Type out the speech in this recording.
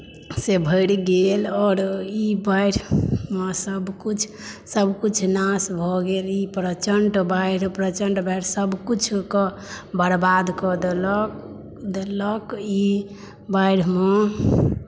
भरि गेल आओ ई बाढ़िमे सभ किछु नाश भऽ गेल ई प्रचण्ड बाढ़ि ई प्रचण्ड बाढ़ि सभ किछु के बर्बाद कऽ देलक ई बाढ़िमे